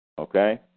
Okay